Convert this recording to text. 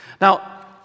Now